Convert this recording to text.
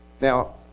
Now